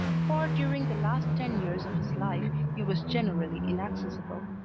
for during the last ten years of his life he was generally inaccessible.